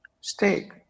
steak